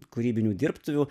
kūrybinių dirbtuvių